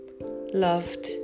loved